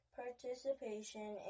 participation